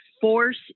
force